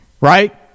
right